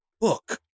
book